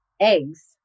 eggs